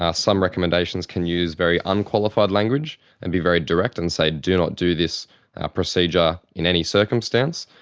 ah some recommendations can use very unqualified language and be very direct and say do not do this procedure in any circumstance,